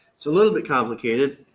it's a little bit complicated.